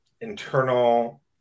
internal